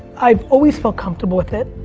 i've always felt comfortable with it.